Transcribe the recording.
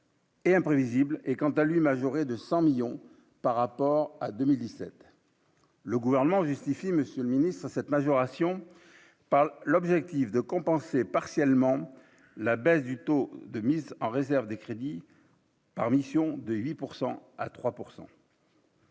Et imprévisible et, quant à lui, majoré de 100 millions par rapport à 2017, le gouvernement justifie Monsieur le Ministre, cette majoration. Pas l'objectif de compenser partiellement la baisse du taux de mise en réserve des crédits par mission de 8